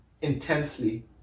intensely